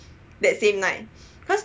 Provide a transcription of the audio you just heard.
that same night because